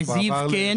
בזיו כן.